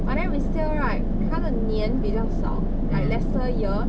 but then resale right 它的年比较少 like less year